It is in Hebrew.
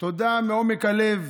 תודה מעומק הלב